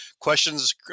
questions